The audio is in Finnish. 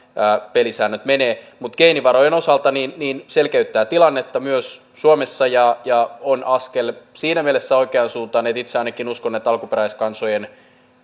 pelisäännöt menevät mutta geenivarojen osalta tämä selkeyttää tilannetta myös suomessa ja ja on askel siinä mielessä oikeaan suuntaan että itse ainakin uskon että alkuperäiskansojen